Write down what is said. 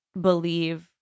believe